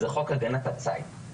זה חוק הגנת הציד.